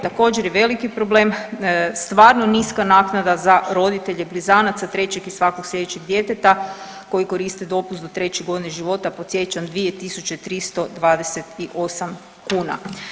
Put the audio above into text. Također je veliki problem stvarno niska naknada za roditelje blizanaca, trećeg i svakog slijedećeg djeteta koji koriste dopust do 3.g. živote, podsjećam 2.328 kuna.